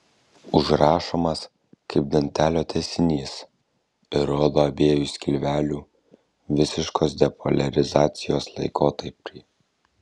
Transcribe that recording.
užrašomas kaip dantelio tęsinys ir rodo abiejų skilvelių visiškos depoliarizacijos laikotarpį